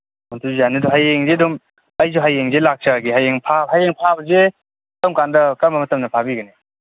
ꯑꯗꯨ ꯌꯥꯅꯤ ꯑꯗꯨꯝ ꯍꯌꯦꯡꯁꯤ ꯑꯗꯨꯝ ꯑꯩꯁꯨ ꯍꯌꯦꯡꯁꯤ ꯂꯥꯛꯆꯔꯒꯦ ꯍꯌꯦꯡ ꯍꯌꯦꯡ ꯐꯥꯕꯁꯦ ꯀꯔꯝꯀꯥꯟꯗ ꯀꯔꯝꯕ ꯃꯇꯝꯗ ꯐꯥꯕꯤꯒꯅꯤ